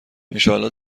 انشاالله